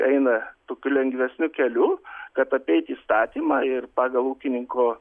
eina tokiu lengvesniu keliu kad apeiti įstatymą ir pagal ūkininko